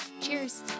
Cheers